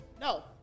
No